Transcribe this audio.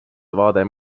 vaade